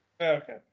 Okay